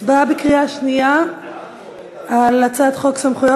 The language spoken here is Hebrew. הצבעה בקריאה שנייה על הצעת חוק סמכויות